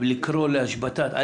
ולקרוא להשבתת מערכת החינוך.